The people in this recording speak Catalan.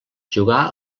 jugà